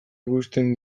ikusten